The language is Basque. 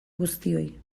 guztioi